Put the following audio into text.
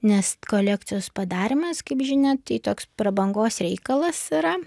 nes kolekcijos padarymas kaip žinia tai toks prabangos reikalas yra